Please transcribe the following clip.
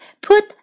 put